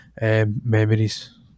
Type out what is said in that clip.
memories